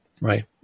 right